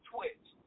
Twitch